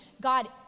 God